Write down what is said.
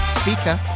speaker